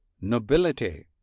Nobility